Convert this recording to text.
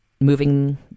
moving